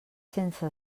sense